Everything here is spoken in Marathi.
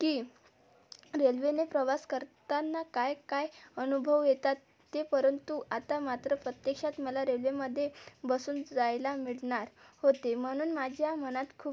की रेल्वेने प्रवास करताना काय काय अनुभव येतात ते परंतु आता मात्र प्रत्यक्षात मला रेल्वेमध्ये बसून जायला मिळणार होते म्हणून माझ्या मनात खूप